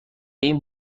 این